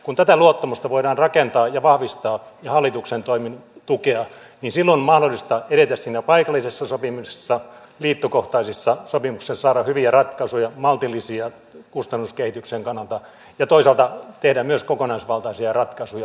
kun tätä luottamusta voidaan rakentaa ja vahvistaa ja hallituksen toimin tukea niin silloin on mahdollista edetä siinä paikallisessa sopimisessa liittokohtaisissa sopimuksissa saada hyviä ratkaisuja maltillisia kustannuskehityksen kannalta ja toisaalta tehdä myös kokonaisvaltaisia ratkaisuja